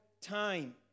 time